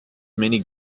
many